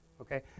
Okay